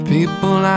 People